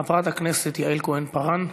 חברת הכנסת יעל כהן-פארן,